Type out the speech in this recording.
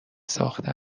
ساخته